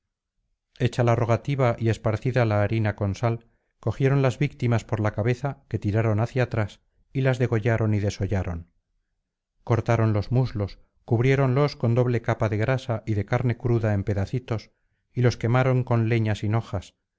hecha la rogativa y esparcida la harina con sal cogieron las víctimas por la cabeza que tiraron hacia atrás y las degollaron y desollaron cortaron los muslos cubriéronlos con doble capa de grasa y de carne cruda en pedacitos y los quemaron con leña sin hojas